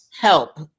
help